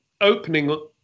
opening